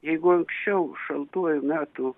jeigu anksčiau šaltuoju metų